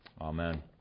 Amen